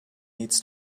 needs